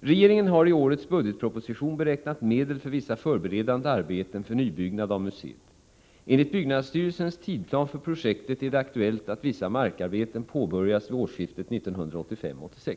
Regeringen har i årets budgetproposition beräknat medel för vissa förberedande arbeten för nybyggnad av museet. Enligt byggnadsstyrelsens tidsplan för projektet är det aktuellt att vissa markarbeten påbörjas vid årsskiftet 1985-1986.